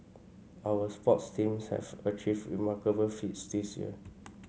our sports teams have achieved remarkable feats this year